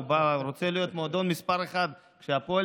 הוא בא ורוצה להיות מועדון מס' אחת כשהפועל